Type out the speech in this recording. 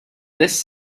this